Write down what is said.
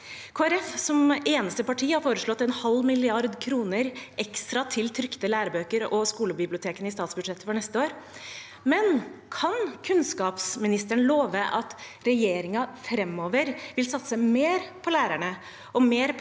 som eneste parti, har foreslått en halv milliard kroner ekstra til trykte lærebøker og til skolebibliotekene i statsbudsjettet for neste år. Kan kunnskapsministeren love at regjeringen framover vil satse mer på lærerne og mer på